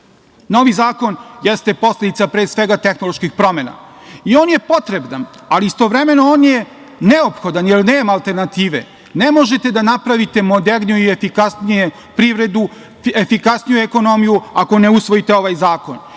zakon jeste posledica pre svega tehnoloških promena i on je potreban, ali istovremeno on je neophodan, jer nema alternative, ne možete da napravite moderniju i efikasniju privredu, efikasniju ekonomiju ako ne usvojite ovaj zakon.